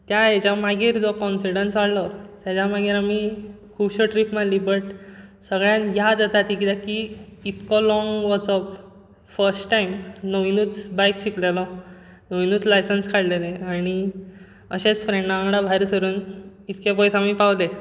त्या हेच्या मागीर जो कॉन्फिडन्स वाडलो तेच्या मागीर आमी खुबश्यो ट्रीप मारली बट सगळ्यांत याद येता ती कित्याक की इतको लोंग वचप फस्ट टायम नवीनच बाक शिकलेलो नवीनच लायसन्स काडलेलें आनी अशेंच फ्रेण्डा वांगडा भायर सरून इतके पयस आमी पावलें